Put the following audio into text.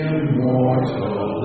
Immortal